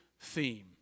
theme